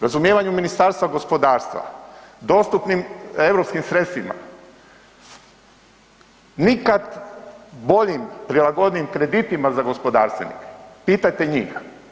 Razumijevanju Ministarstva gospodarstva, dostupnim EU sredstvima, nikad boljim, prilagodnijim kreditima za gospodarstvenike, pitajte njih.